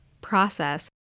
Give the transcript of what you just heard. process